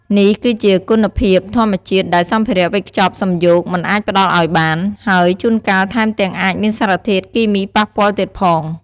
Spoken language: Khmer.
នេះគឺជា គុណភាពធម្មជាតិ ដែលសម្ភារៈវេចខ្ចប់សំយោគមិនអាចផ្តល់ឱ្យបាន ហើយជួនកាលថែមទាំងអាចមានសារធាតុគីមីប៉ះពាល់ទៀតផង។